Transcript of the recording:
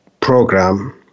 program